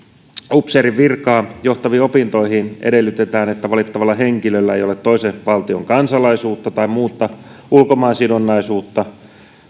upseerin virkaan johtaviin opintoihin edellytetään että valittavalla henkilöllä ei ole toisen valtion kansalaisuutta tai muuta ulkomaansidonnaisuutta